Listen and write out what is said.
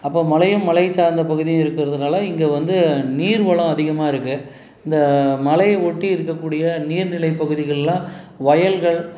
அப்போ மலையும் மலையை சார்ந்த பகுதியும் இருக்கறதனால இங்கே வந்து நீர்வளம் அதிகமாக இருக்குது இந்த மலையை ஒட்டி இருக்கக்கூடிய நீர்நிலை பகுதிகள்லாம் வயல்கள்